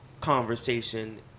conversation